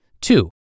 Two